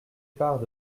part